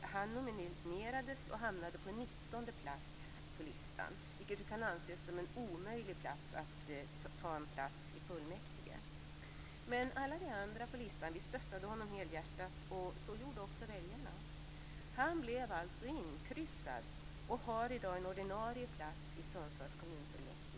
Han nominerades och hamnade på 19:e plats på listan, vilket brukat anses vara en omöjlig plats för att bli vald till fullmäktige. Men alla vi andra på listan stöttade honom helhjärtat, och så gjorde också väljarna. Han blev alltså inkryssad och har i dag en ordinarie plats i Sundsvalls kommunfullmäktige.